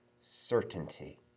certainty